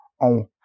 on